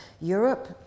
Europe